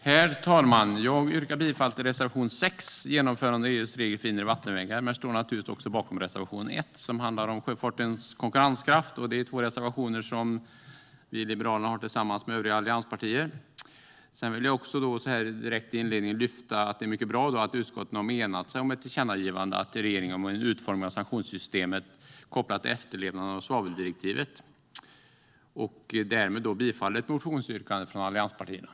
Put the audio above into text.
Herr talman! Jag yrkar bifall till reservation 6 om genomförande av EU:s regler för inre vattenvägar men står naturligtvis också bakom reservation 1 som handlar om sjöfartens konkurrenskraft. Det är två reservationer som vi i Liberalerna har tillsammans med övriga allianspartier. Sedan vill jag också så här direkt i inledningen säga att det är mycket bra att utskottet har enats om ett tillkännagivande till regeringen om utformningen av sanktionssystemet kopplat till efterlevnaden av svaveldirektivet och därmed bifallit motionsyrkandet från allianspartierna.